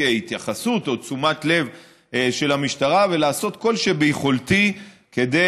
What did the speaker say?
התייחסות או תשומת לב של המשטרה ולעשות את כל שביכולתי כדי